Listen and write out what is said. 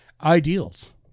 ideals